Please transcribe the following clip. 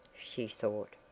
she thought.